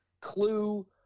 Clue